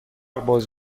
باز